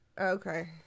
Okay